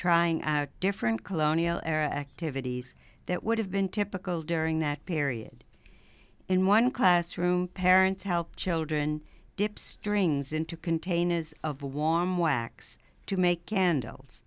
trying different colonial era activities that would have been typical during that period in one classroom parents help children dip strings in to contain is of warm wax to make candles